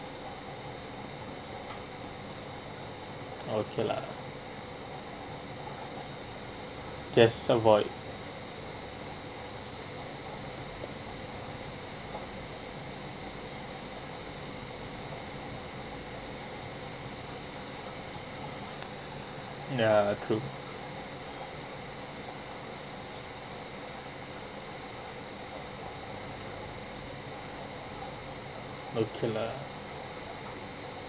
okay lah guess avoid ya true okay lah